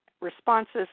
responses